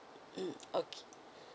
mm okay